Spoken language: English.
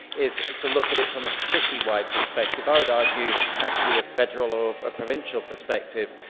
is to look at it from a city-wide perspective, i would argue actually a federal or provincial perspective,